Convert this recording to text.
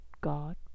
God